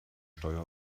steuer